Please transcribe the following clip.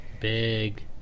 Big